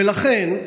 ולכן,